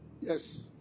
Yes